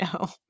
no